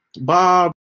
Bob